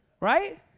right